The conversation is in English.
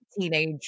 teenage